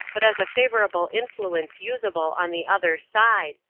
but as a favorable influence usable on the other side,